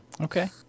Okay